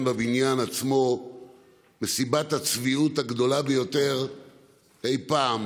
בבניין עצמו מסיבת הצביעות הגדולה ביותר אי-פעם,